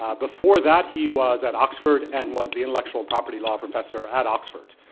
ah before that, he was at oxford and was the intellectual property law professor at oxford,